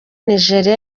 nigeria